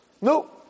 Nope